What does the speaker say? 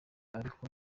ariko